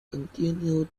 continue